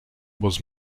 was